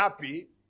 happy